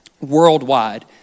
worldwide